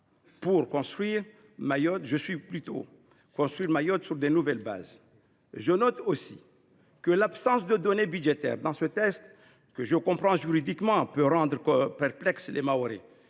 l’accepter, car nous devons construire Mayotte sur de nouvelles bases. Je note aussi que l’absence de données budgétaires dans ce texte, que je comprends juridiquement, peut rendre perplexes les Mahorais.